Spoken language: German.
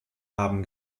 haben